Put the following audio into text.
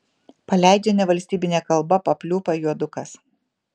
paleidžia nevalstybine kalba papliūpą juodukas